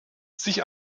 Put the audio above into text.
sich